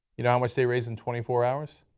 you know how much they raised in twenty four hours?